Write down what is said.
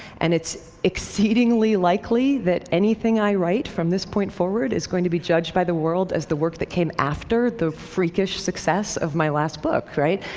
and it's exceedingly likely that anything i write from this point forward is going to be judged by the world as the work that came after the freakish success of my last book, right?